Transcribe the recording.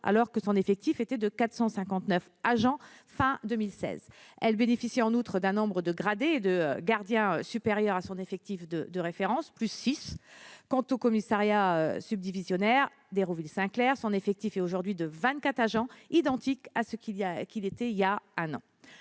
alors que son effectif était de 459 agents à la fin de 2016. Elle bénéficie en outre d'un nombre de gradés et de gardiens supérieur de 6 à son effectif de référence. Quant au commissariat subdivisionnaire d'Hérouville-Saint-Clair, son effectif est aujourd'hui de 24 agents, identique à ce qu'il était il y a un an.